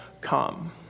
come